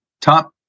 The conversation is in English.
Top